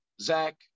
Zach